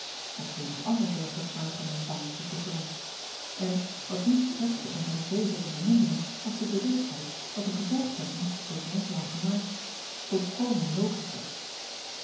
of eenig ander dergelijk aangenaam baantje toegewenscht en wat niet strekte om zijn wrevel te verminderen was de bewustheid dat de gevolgtrekking door renkelaer gemaakt volkomen logisch was